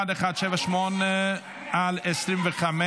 פ/1178/25,